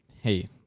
hey